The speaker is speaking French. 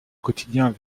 quotidiens